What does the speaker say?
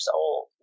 old